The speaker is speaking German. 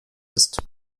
ist